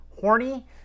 horny